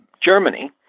Germany